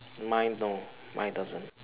mine no mine doesn't